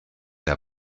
der